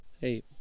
Hey